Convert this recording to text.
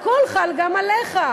הכול חל גם עליך.